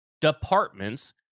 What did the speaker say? departments